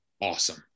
awesome